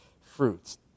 fruits